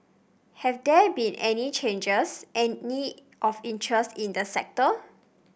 have there been any changes any of interest in the sector